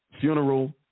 funeral